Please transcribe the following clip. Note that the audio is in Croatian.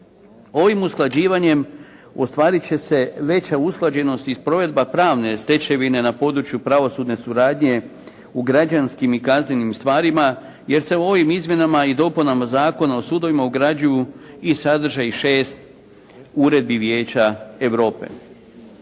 Ovim usklađivanjem ostvariti će se veća usklađenost i provedba pravne stečevine na području pravosudne suradnje u građanskim i kaznenim stvarima jer se ovim izmjenama i dopunama Zakona o sudovima ugrađuju i sadrže šest uredbi Vijeća Europe.